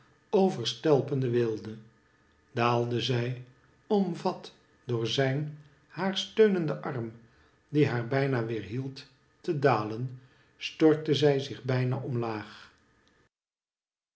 overstelpende weelde daalde zij omvat door zijn haar steunenden arm die haar bijna weerhield te dalen stortte zij zich bijna omlaag